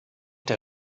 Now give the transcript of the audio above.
der